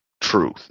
truth